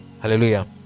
hallelujah